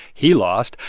he lost,